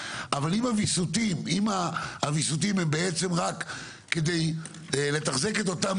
אבל אם הוויסותים הם בעצם רק לתחזק את אותם